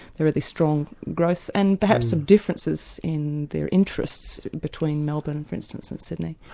there are these strong growths, and perhaps some differences in their interests between melbourne for instance, and sydney.